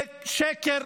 זה שקר.